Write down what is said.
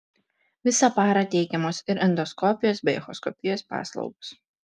visą parą teikiamos ir endoskopijos bei echoskopijos paslaugos